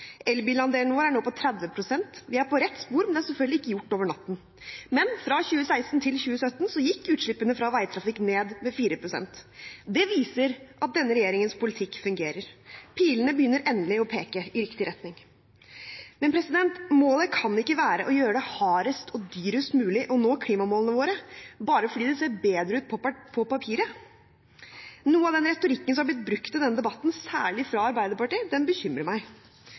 Elbilandelen vår er nå på 30 pst. Vi er på rett spor, men det er selvfølgelig ikke gjort over natten. Fra 2016 til 2017 gikk utslippene fra veitrafikk ned med 4 pst. Det viser at denne regjeringens politikk fungerer. Pilene begynner endelig å peke i riktig retning. Målet kan ikke være å gjøre det hardest og dyrest mulig å nå klimamålene våre bare fordi det ser bedre ut på papiret. Noe av retorikken som er blitt brukt i denne debatten, særlig fra Arbeiderpartiet, bekymrer meg.